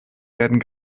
werden